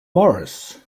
morris